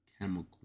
chemical